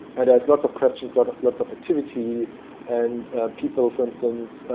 it has lots of questions, ah lots of activity and people for instance,